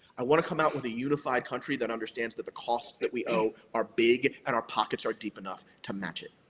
i want to come out with a unified country that understands that the costs that we owe are big, and our pockets are deep enough to match it.